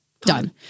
done